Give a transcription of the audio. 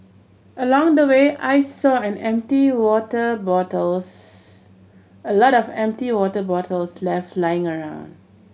along the way I saw an empty water bottles a lot of empty water bottles left lying around